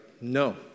no